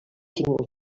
sigmund